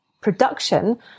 production